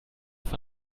von